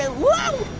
ah whoa!